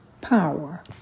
power